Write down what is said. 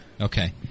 Okay